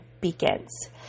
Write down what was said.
begins